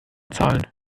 zahlen